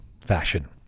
fashion